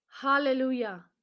Hallelujah